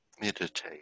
Meditate